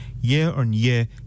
year-on-year